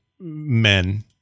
men